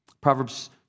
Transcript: Proverbs